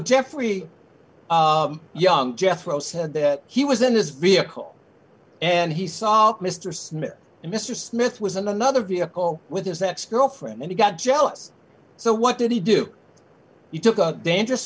jeffrey young jethro said that he was in his vehicle and he saw mr smith and mr smith was another vehicle with his that's girlfriend and he got jealous so what did he do you took a dangerous